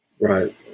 right